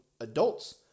adults